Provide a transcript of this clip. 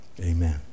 Amen